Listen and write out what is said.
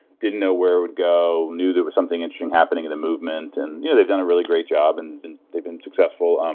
didn't know where it would go. knew there was something interesting happening in the movement. and yeah they've done really great job and they've been successful. um